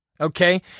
Okay